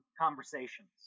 conversations